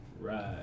Right